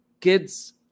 kids